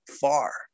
far